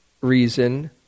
reason